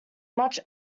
much